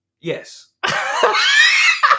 Yes